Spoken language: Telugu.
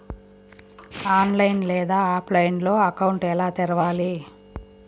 ఆన్లైన్ లేదా ఆఫ్లైన్లో అకౌంట్ ఎలా తెరవాలి